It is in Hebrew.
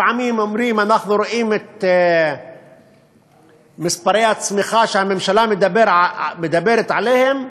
לפעמים אומרים: אנחנו רואים את מספרי הצמיחה שהממשלה מדברת עליהם,